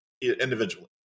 individually